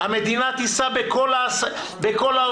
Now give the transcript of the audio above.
המדינה תישא בכל ההוצאות,